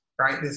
right